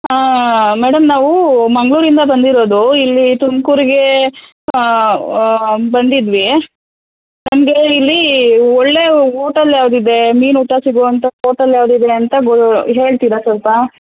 ಹಾಂ ಮೇಡಮ್ ನಾವು ಮಂಗಳೂರಿಂದ ಬಂದಿರೋದು ಇಲ್ಲಿ ತುಮ್ಕೂರಿಗೆ ಬಂದಿದ್ವಿ ನಮಗೆ ಇಲ್ಲಿ ಒಳ್ಳೆಯ ಓಟಲ್ ಯಾವುದಿದೆ ಮೀನು ಊಟ ಸಿಗುವಂತಹ ಹೋಟಲ್ ಯಾವುದಿದೆ ಅಂತ ಹೇಳ್ತೀರಾ ಸ್ವಲ್ಪ